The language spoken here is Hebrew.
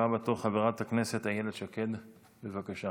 הבאה בתור, חברת הכנסת איילת שקד, בבקשה.